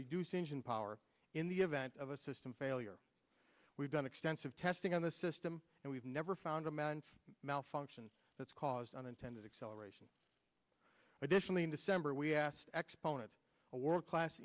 reduce engine power in the event of a system failure we've done extensive testing on the system and we've never found a man malfunction that's caused unintended acceleration additionally in december we asked exponent a world class